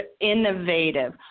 innovative